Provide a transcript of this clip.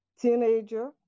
teenager